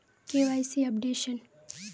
KYC updation?